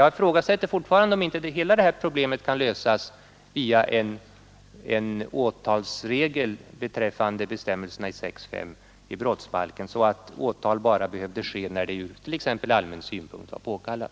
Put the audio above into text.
Jag ifrågasätter fortfarande om inte hela detta problem kan lösas via en åtalsregel beträffande bestämmelserna i 6 kap. 5 § brottsbalken, så att åtal bara behövde ske när det t.ex. från allmän synpunkt var påkallat.